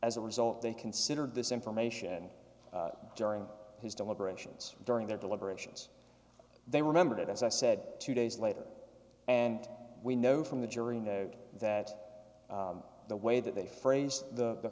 as a result they considered this information during his deliberations during their deliberations they remembered it as i said two days later and we know from the jury note that the way that they phrased the